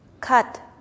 cut